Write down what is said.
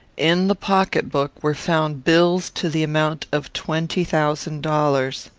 in the pocket-book were found bills to the amount of twenty thousand dollars.